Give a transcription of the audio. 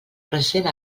present